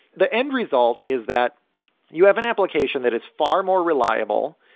the end result is that you have an application that it's far more reliable,